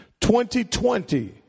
2020